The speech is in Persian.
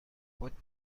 خود